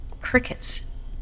Crickets